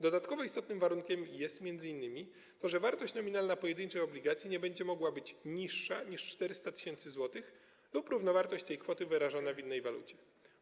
Dodatkowo istotnym warunkiem jest m.in. to, że wartość nominalna pojedynczej obligacji nie będzie mogła być niższa niż 400 tys. zł lub równowartość tej kwoty wyrażona w innej walucie.